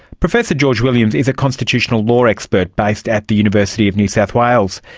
professor george williams is a constitutional law expert based at the university of new south wales.